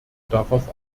darauf